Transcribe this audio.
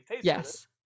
Yes